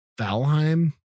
Valheim